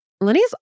lenny's